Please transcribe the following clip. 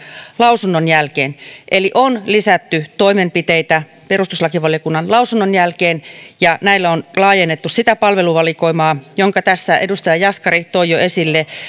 lausunnon jälkeen eli on lisätty toimenpiteitä perustuslakivaliokunnan lausunnon jälkeen ja näillä on laajennettu sitä palveluvalikoimaa jonka tässä edustaja jaskari toi jo esille